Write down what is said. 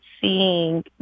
seeing